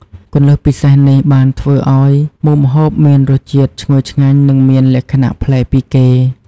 គន្លឹះពិសេសនេះបានធ្វើឱ្យមុខម្ហូបមានរសជាតិឈ្ងុយឆ្ងាញ់និងមានលក្ខណៈប្លែកពីគេ។